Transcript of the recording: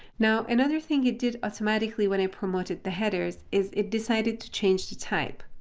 now, another thing it did automatically when i promoted the headers is it decided to change the type.